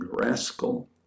rascal